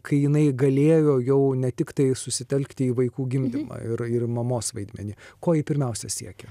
kai jinai galėjo jau ne tiktai susitelkti į vaikų gimdymą ir ir mamos vaidmenį ko ji pirmiausia siekė